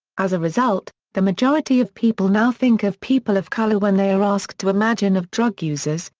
as a result, the majority of people now think of people of color when they are asked to imagine of drug users,